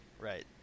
right